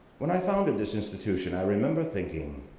when i founded this institution i remember thinking